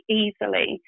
easily